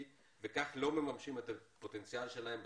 וכך לא מממשים את הפוטנציאל שלהם בגיוס.